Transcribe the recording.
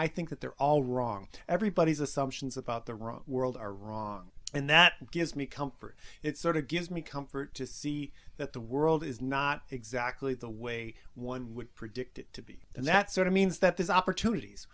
i think that they're all wrong everybody's assumptions about the wrong world are wrong and that gives me comfort it sort of gives me comfort to see that the world is not exactly the way one would predict it to be and that sort of means that there's opportunities